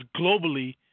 globally